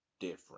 different